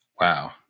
Wow